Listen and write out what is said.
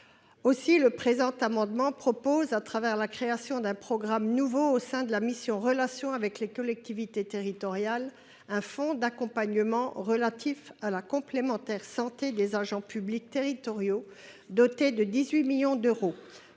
Aussi, par le présent amendement, nous proposons, au travers de la création d’un nouveau programme au sein de la mission « Relations avec les collectivités territoriales », d’instaurer un fonds d’accompagnement relatif à la complémentaire santé des agents publics territoriaux. Doté de 18 millions d’euros,